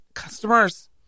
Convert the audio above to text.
Customers